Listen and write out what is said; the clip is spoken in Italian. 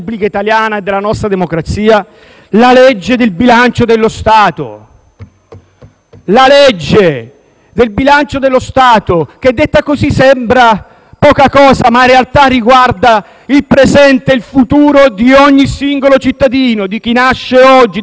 la legge di bilancio dello Stato. Detto così, sembra poca cosa, ma in realtà tale legge riguarda il presente e il futuro di ogni singolo cittadino: di chi nasce oggi, di chi sta per nascere, di chi va in pensione, di chi non ha un lavoro, di chi è malato e di chi